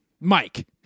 Mike